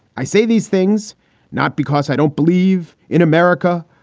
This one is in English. i say these things not because i don't believe in america,